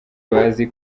bazi